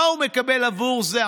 מה הוא מקבל עבור זה?.